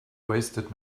wasted